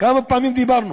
כמה פעמים דיברנו?